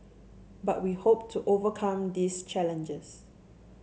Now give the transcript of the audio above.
but we hope to overcome these challenges